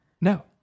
No